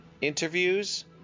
interviews